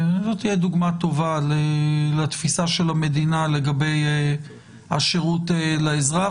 זאת תהיה דוגמה טובה לתפיסה של המדינה לגבי השירות לאזרח,